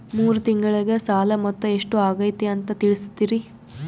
ಮೂರು ತಿಂಗಳಗೆ ಸಾಲ ಮೊತ್ತ ಎಷ್ಟು ಆಗೈತಿ ಅಂತ ತಿಳಸತಿರಿ?